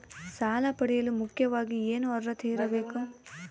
ಸಾಲ ಪಡೆಯಲು ಮುಖ್ಯವಾಗಿ ಏನು ಅರ್ಹತೆ ಇರಬೇಕು?